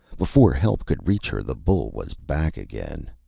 before help could reach her the bull was back again